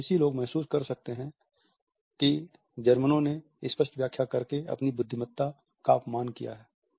फ्रांसीसी लोग महसूस कर सकते हैं कि जर्मनों ने स्पष्ट व्याख्या करके अपनी बुद्धिमत्ता का अपमान किया है